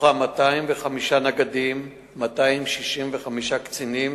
ומתוכם 205 נגדים ו-265 קצינים,